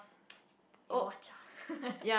you watch out